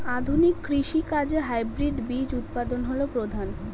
আধুনিক কৃষি কাজে হাইব্রিড বীজ উৎপাদন হল প্রধান